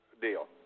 deal